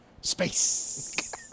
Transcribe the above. Space